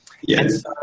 Yes